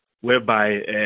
whereby